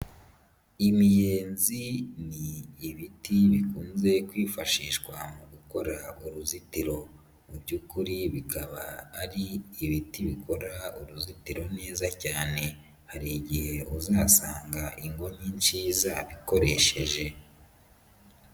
Imiyenzi ni ibiti bikunze kwifashishwa mu gukora uruzitiro mu by'ukuri bikaba ari ibiti bikora uruzitiro neza cyane. Hari igihe uzasanga ingo nyinshi zabikoresheje.